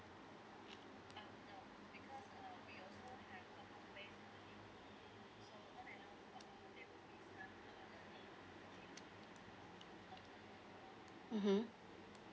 mmhmm